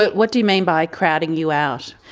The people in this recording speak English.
what do you mean by crowding you out?